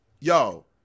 Yo